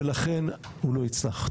ולכן הוא לא יצלח.